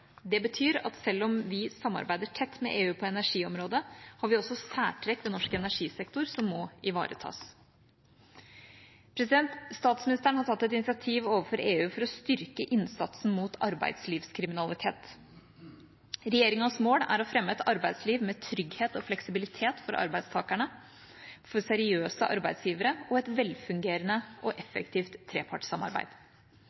Det betyr at selv om vi samarbeider tett med EU på energiområdet, har vi også særtrekk ved norsk energisektor som må ivaretas. Statsministeren har tatt et initiativ overfor EU for å styrke innsatsen mot arbeidslivskriminalitet. Regjeringas mål er å fremme et arbeidsliv med trygghet og fleksibilitet for arbeidstakerne, seriøse arbeidsgivere og et velfungerende og